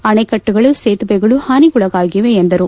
ಅಣೆಕಟ್ಟೆಗಳು ಸೇತುವೆಗಳು ಹಾನಿಗೊಳಗಾಗಿವೆ ಎಂದರು